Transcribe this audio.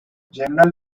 general